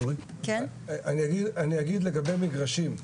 אני אגיד רגע לגבי מגרשים.